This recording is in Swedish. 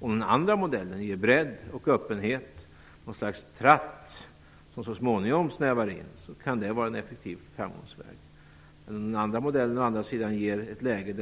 Om den andra modellen ger bredd och öppenhet som ett slags tratt som så småningom snävar in kan det vara en effektiv framgångsväg. Men om den andra modellen ger ett läge där